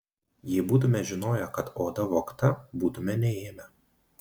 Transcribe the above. jei būtume žinoję kad oda vogta būtume neėmę